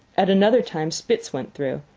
at another time spitz went through,